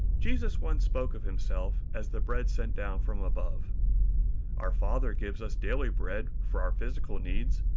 jesus once spoke of himself as the bread sent down from above our father gives us daily bread for our physical needs,